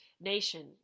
nation